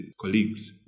colleagues